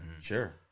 Sure